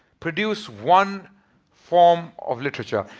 produce one form of literature.